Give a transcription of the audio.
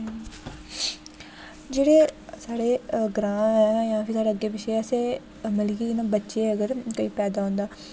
जेह्ड़े साढ़े ग्रांऽ ऐ साढ़े अग्गें पिच्छें असें मतलब कि बच्चे अगर कोई पैदा होंदा